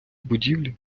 будівлі